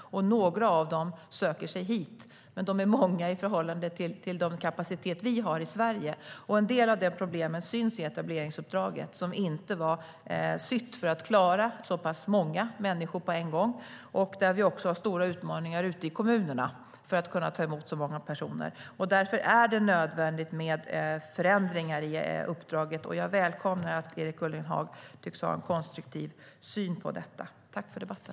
Några av dem söker sig hit, men de är många i förhållande till den kapacitet vi har i Sverige. En del av det problemet syns i etableringsuppdraget, som inte var sytt för att klara så pass många människor på en gång. Också kommunerna har stora utmaningar i att ta emot så många personer. Därför är det nödvändigt med förändringar i uppdraget. Jag välkomnar att Erik Ullenhag tycks ha en konstruktiv syn på detta. Tack för debatten!